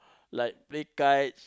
like play kites